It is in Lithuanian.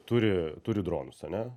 turi turi dronus ane